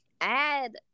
add